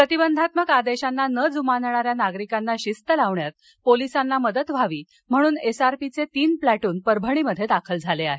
प्रतिबंधात्मक आदेशांना न ज्मानणाऱ्या नागरिकांना शिस्त लावण्यात पोलीसांना मदत व्हावी म्हणून एसआरपीचे तीन प्लाटून परभणीत दाखल झाले आहेत